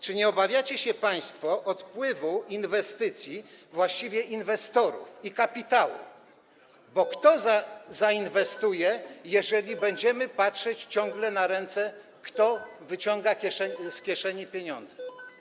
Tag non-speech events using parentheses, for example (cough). Czy nie obawiacie się państwo odpływu inwestycji, właściwie inwestorów i kapitału, bo (noise) kto zainwestuje, jeżeli będziemy patrzeć ciągle na ręce, kto wyciąga z kieszeni pieniądze?